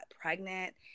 pregnant